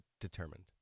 determined